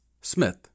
Smith